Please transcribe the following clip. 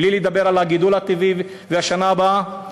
בלי לדבר על הגידול הטבעי ועל השנה הבאה,